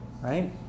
right